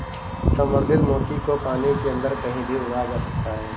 संवर्धित मोती को पानी के अंदर कहीं भी उगाया जा सकता है